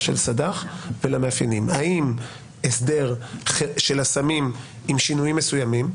של סד"ח ולמאפיינים האם הסדר של הסמים עם שינוים מסוימים,